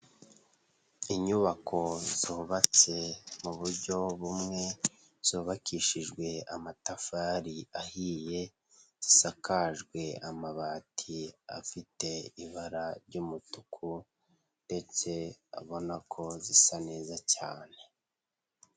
Inyubako zubatse mu buryo bumwe zubakishijwe amatafari ahiye. Zisakajwe amabati afite ibara ry'umutuku ndetse abona ko zisa neza cyane.